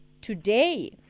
today